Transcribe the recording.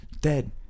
dead